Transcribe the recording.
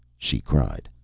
she cried.